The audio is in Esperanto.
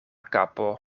kapo